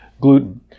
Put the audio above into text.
gluten